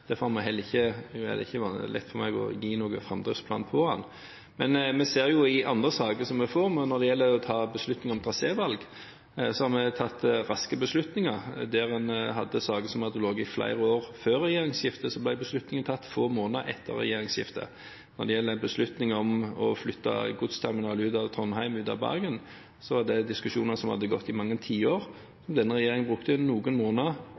Derfor er det heller ikke lett for meg å gi noen framdriftsplan her. Men vi ser i andre saker som vi får, at når det gjelder trasévalg, har vi tatt raske beslutninger. Der en hadde saker som hadde ligget i flere år før regjeringsskiftet, ble beslutninger tatt få måneder etter regjeringsskiftet. Når det gjelder beslutning om å flytte godsterminalen ut av Trondheim og ut av Bergen, var det diskusjoner som hadde gått i mange tiår. Denne regjeringen brukte noen måneder